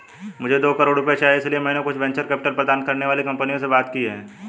मुझे दो करोड़ रुपए चाहिए इसलिए मैंने कुछ वेंचर कैपिटल प्रदान करने वाली कंपनियों से बातचीत की है